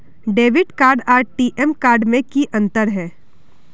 Debit card आर TM card में की अंतर है?